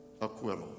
acquittal